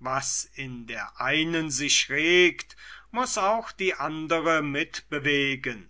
was in der einen sich regt muß auch die andere mitbewegen